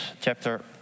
chapter